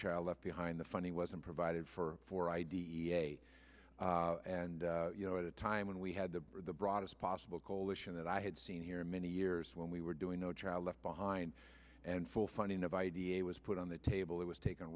child left behind the funding was provided for for i d e a and you know at a time when we had the broadest possible coalition that i had seen here in many years when we were doing no child left behind and full funding of idea was put on the table it was taken